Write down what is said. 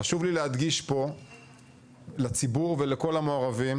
להדגיש פה לציבור ולכל המעורבים,